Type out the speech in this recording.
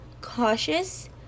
cautious